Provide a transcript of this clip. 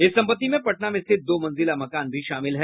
इस संपत्ति में पटना में स्थित दो मंजिला मकान भी शामिल है